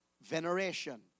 veneration